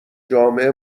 جامع